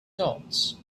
dots